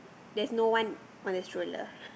there's no one on the stroller